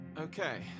Okay